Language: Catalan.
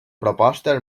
proposta